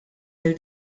lil